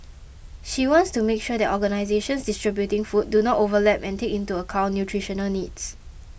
she wants to make sure that organisations distributing food do not overlap and take into account nutritional needs